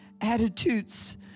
Attitudes